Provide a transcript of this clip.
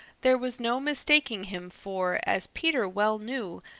there was no mistaking him, for, as peter well knew,